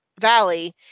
valley